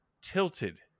tilted